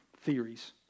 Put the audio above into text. theories